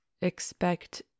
expect